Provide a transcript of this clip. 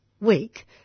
week